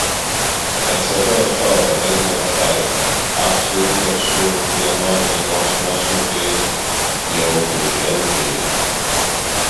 ecb šovė bet nepataikė akcijų indeksų vienos dienos nuosmukiai jau dviženkliai